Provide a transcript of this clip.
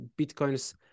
bitcoins